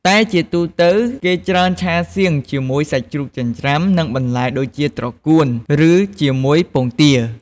តែជាទូទៅ គេច្រើនឆាសៀងជាមួយសាច់ជ្រូកចិញ្ច្រាំ និងបន្លែដូចជា ត្រកួន ឬជាមួយពងទា។